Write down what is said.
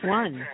one